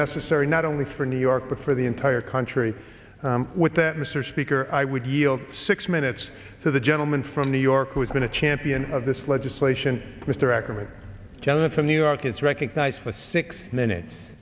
necessary not only for new york but for the entire country with that mr speaker i would yield six minutes so the gentleman from new york who's been a champion of this legislation mr ackerman gentleman from new york is recognized for six minutes